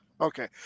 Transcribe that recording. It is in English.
Okay